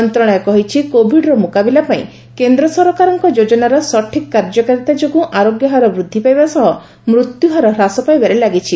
ମନ୍ତ୍ରଣାଳୟ କହିଛି କୋବିଡ୍ର ମୁକାବିଲା ପାଇଁ କେନ୍ଦ୍ର ସରକାରଙ୍କ ଯୋଜନାର ସଠିକ୍ କାର୍ଯ୍ୟକାରୀତା ଯୋଗୁଁ ଆରୋଗ୍ୟହାର ବୃଦ୍ଧି ପାଇବା ସହ ମୃତ୍ୟୁହାର ହ୍ରାସ ପାଇବାରେ ଲାଗିଛି